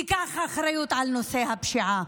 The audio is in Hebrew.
תיקח אחריות על נושא הפשיעה,